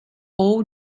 all